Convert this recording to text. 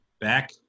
Back